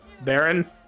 Baron